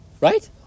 Right